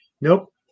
Nope